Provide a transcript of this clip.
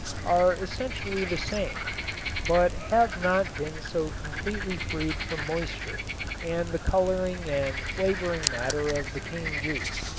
are essentially the same but have not been so completely freed from moisture and the coloring and flavoring matter of the cane juice.